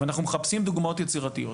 ואנחנו מחפשים דוגמאות יצירתיות,